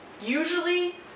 Usually